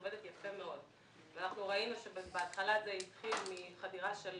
זה עובד יפה מאוד.